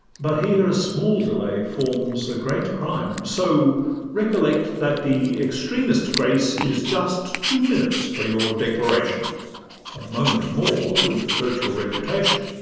but here a small delay forms a great crime so recollect that the extremest grace is just two minutes for your declaration a moment more would hurt your reputation.